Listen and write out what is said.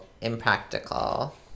impractical